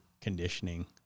conditioning